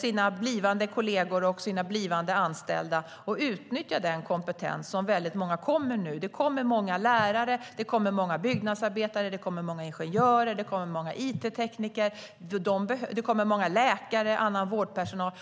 sina blivande kolleger och anställda och utnyttja den kompetens som väldigt många kommer med nu. Det kommer många lärare, byggnadsarbetare, ingenjörer, it-tekniker, läkare och annan vårdpersonal.